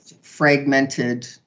fragmented